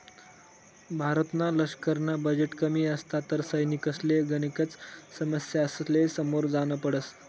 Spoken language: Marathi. भारतना लशकरना बजेट कमी असता तर सैनिकसले गनेकच समस्यासले समोर जान पडत